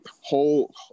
whole